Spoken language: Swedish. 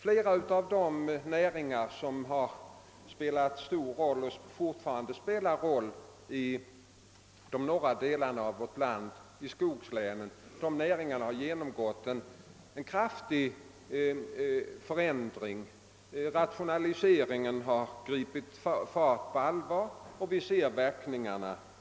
Flera av de näringsgrenar, som spelat stor roll och som fortfarande spelar stor roll i de norra delarna av vårt land, framför allt i skogslänen, har genomgått en kraftig förändring. Rationaliseringen har tagit fart på allvar och vi ser verkningarna därav.